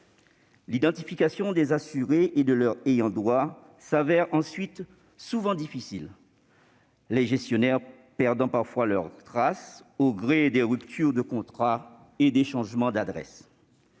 l'identification des assurés et de leurs ayants droit se révèle souvent difficile, les gestionnaires perdant parfois leur trace au gré des ruptures de contrat et des changements d'adresse.